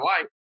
life